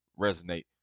resonate